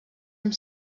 amb